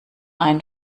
ein